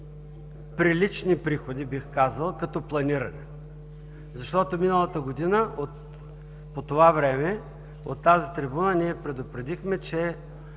прилични приходи, бих казал, като планирани. Защото миналата година по това време, от тази трибуна ние предупредихме, че